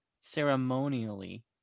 Ceremonially